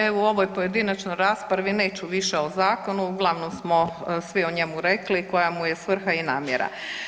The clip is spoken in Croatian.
Evo u ovoj pojedinačnoj raspravi neću više o zakonu, uglavnom smo svi o njemu rekli koja mu je svrha i namjera.